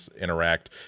Interact